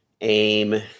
aim